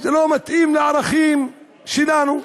זה לא מתאים לערכים שלנו,